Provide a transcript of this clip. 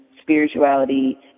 spirituality